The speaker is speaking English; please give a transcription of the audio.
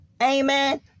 Amen